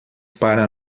para